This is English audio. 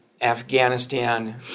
Afghanistan